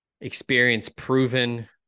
experience-proven